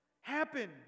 happen